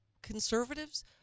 conservatives